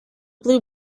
blue